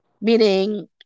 meaning